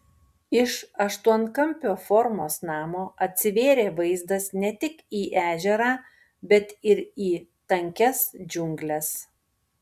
iš aštuonkampio formos namo atsivėrė vaizdas ne tik į ežerą bet ir į tankias džiungles